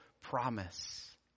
promise